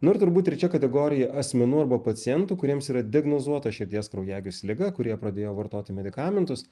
nu ir turbūt trečia kategorija asmenų arba pacientų kuriems yra diagnozuota širdies kraujagyslių liga kur jie pradėjo vartoti medikamentus